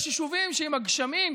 יש יישובים שעם הגשמים,